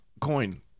coin